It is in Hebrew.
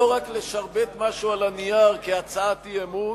לא רק לשרבט משהו על הנייר כהצעת אי-אמון,